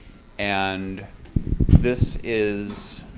and this is